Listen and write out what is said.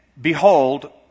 behold